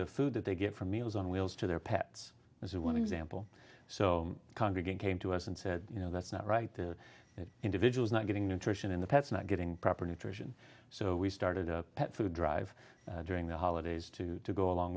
the food that they get from meals on wheels to their pets as one example so congregant came to us and said you know that's not right the individual's not getting nutrition in the pets not getting proper nutrition so we started a pet food drive during the holidays to go along